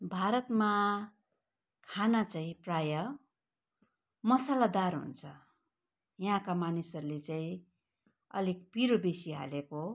भारतमा खाना चाहिँ प्रायः मसालादार हुन्छ यहाँका मानिसहरूले चाहिँ अलिक पिरो बेसी हालेको